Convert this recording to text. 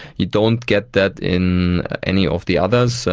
you don't get that in any of the others,